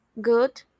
good